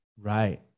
Right